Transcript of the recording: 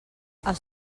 els